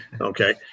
Okay